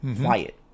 quiet